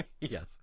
Yes